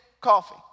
coffee